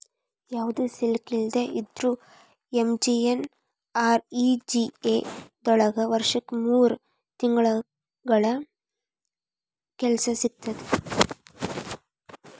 ಯಾವ್ದು ಸ್ಕಿಲ್ ಇಲ್ದೆ ಇದ್ರೂ ಎಂ.ಜಿ.ಎನ್.ಆರ್.ಇ.ಜಿ.ಎ ದೊಳಗ ವರ್ಷಕ್ ಮೂರ್ ತಿಂಗಳರ ಕೆಲ್ಸ ಸಿಗತ್ತ